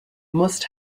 must